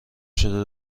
شده